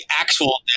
actual